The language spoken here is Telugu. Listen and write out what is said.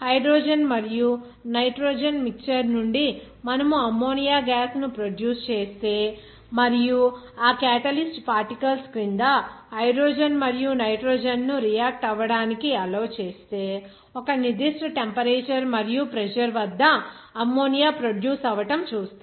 హైడ్రోజన్ మరియు నైట్రోజన్ మిక్చర్ నుండి మనము అమ్మోనియా గ్యాస్ ను ప్రొడ్యూస్ చేస్తే మరియు ఆ క్యాటలిస్ట్ పార్టికల్స్ క్రింద హైడ్రోజన్ మరియు నైట్రోజన్ ను రియాక్ట్ అవడానికి అల్లౌ చేస్తే ఒక నిర్దిష్ట టెంపరేచర్ మరియు ప్రెజర్ వద్ద అమ్మోనియా ప్రొడ్యూస్ అవటం చూస్తారు